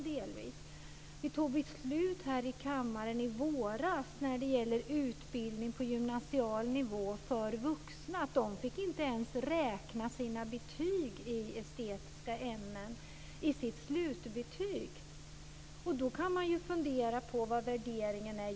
Kammaren fattade beslut i våras som gällde utbildning på gymnasial nivå för vuxna - de får inte ens räkna med sina betyg i estetiska ämnen i slutbetyget. Då kan man fundera på hur värderingen är.